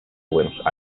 buenos